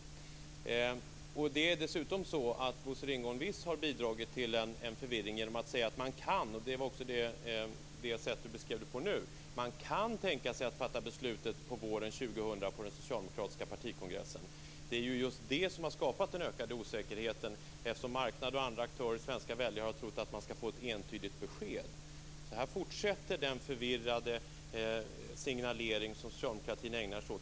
Bosse Ringholm har visst bidragit till förvirring genom att säga att man - det är också sättet att nu beskriva detta - kan tänka sig att fatta beslut våren 2000 på den socialdemokratiska partikongressen. Det är just det som har skapat en ökad osäkerhet. Marknaden och andra aktörer liksom svenska väljare har ju trott att man skall få ett entydigt besked. Således fortsätter den förvirrade signalering som Socialdemokraterna ägnar sig åt.